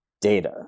data